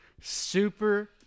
super